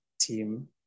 team